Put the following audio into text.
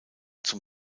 zum